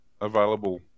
available